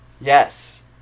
Yes